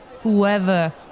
Whoever